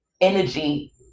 energy